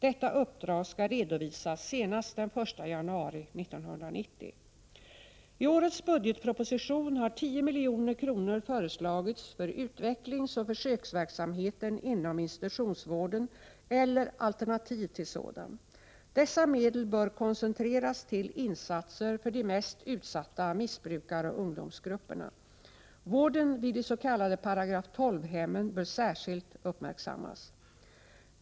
Detta uppdrag skall redovisas senast den 1 januari 1990. I årets budgetproposition har 10 milj.kr. föreslagits för utvecklingsoch försöksverksamheten inom institutionsvården eller alternativ till sådan. Dessa medel bör koncentreras till insatser för de mest utsatta missbrukaroch ungdomsgrupperna. Vården vid de s.k. § 12-hemmen bör särskilt uppmärksammas.